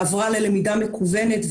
ללמידה מקוונת,